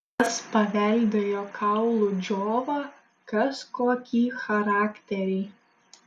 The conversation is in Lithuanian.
kas paveldėjo kaulų džiovą kas kokį charakterį